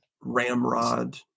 ramrod